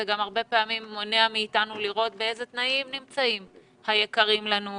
זה גם הרבה פעמים מונע מאיתנו לראות באיזה תנאים נמצאים היקרים לנו,